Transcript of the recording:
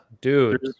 dude